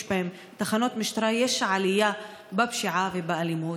בהם תחנות משטרה יש עלייה בפשיעה ובאלימות?